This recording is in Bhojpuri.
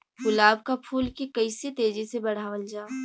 गुलाब क फूल के कइसे तेजी से बढ़ावल जा?